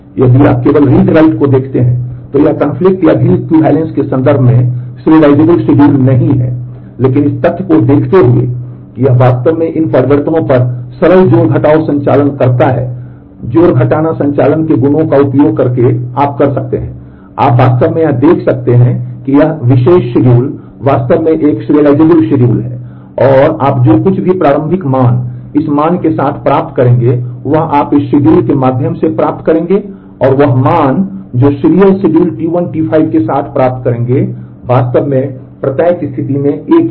इसलिए यदि आप केवल read write को देखते हैं तो यह conflict या view equivalence के संदर्भ में अनुक्रमिक T1 T5 के साथ प्राप्त करेंगे वास्तव में प्रत्येक स्थिति में एक ही हैं